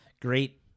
great